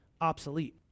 obsolete